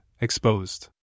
exposed